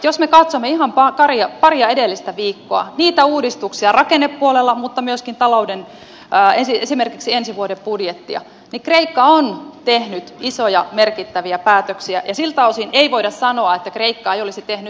jos me katsomme ihan paria edellistä viikkoa niitä uudistuksia rakennepuolella mutta myöskin talouden puolella esimerkiksi ensi vuoden budjettia niin kreikka on tehnyt isoja merkittäviä päätöksiä ja siltä osin ei voida sanoa että kreikka ei olisi tehnyt mitään